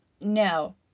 No